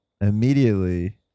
immediately